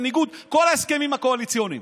בניגוד לכל ההסכמים הקואליציוניים.